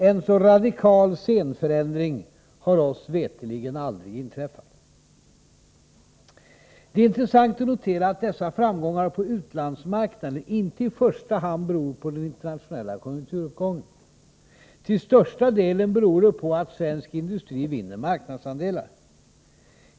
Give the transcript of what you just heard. En så radikal scenförändring har oss veterligen aldrig inträffat.” Det är intressant att notera att dessa framgångar på utlandsmarknaden inte i första hand beror på den internationella konjunkturuppgången. Till största delen beror de på att svensk industri vinner marknadsandelar.